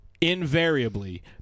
invariably